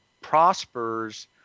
prospers